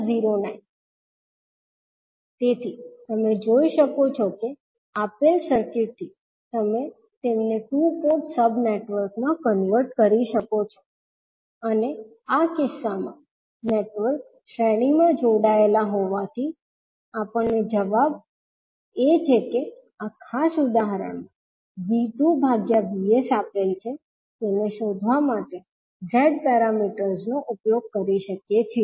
3509 તેથી તમે જોઈ શકો છો કે આપેલ સર્કિટથી તમે તેમને ટૂ પોર્ટ સબ નેટવર્ક માં કન્વર્ટ કરી શકો છો અને આ કિસ્સામાં નેટવર્ક શ્રેણીમાં જોડાયેલા હોવાથી આપણે જવાબ કે જે આ ખાસ ઉદાહરણ માં V2 ભાગ્યા VS આપેલ છે તેને શોધવા માટે Z પેરામીટર્સનો ઉપયોગ કરી શકીએ છીએ